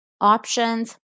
options